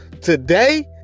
Today